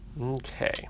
Okay